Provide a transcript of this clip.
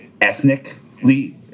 ethnically